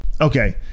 okay